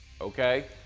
okay